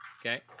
okay